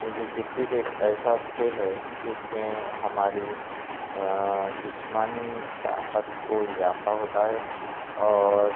کیوں کہ کرکٹ ایک ایسا کھیل ہے جس میں ہماری جسمانی طاقت کو اضافہ ہوتا ہے اور